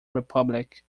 republic